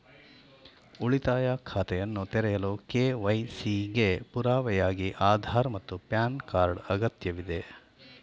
ಉಳಿತಾಯ ಖಾತೆಯನ್ನು ತೆರೆಯಲು ಕೆ.ವೈ.ಸಿ ಗೆ ಪುರಾವೆಯಾಗಿ ಆಧಾರ್ ಮತ್ತು ಪ್ಯಾನ್ ಕಾರ್ಡ್ ಅಗತ್ಯವಿದೆ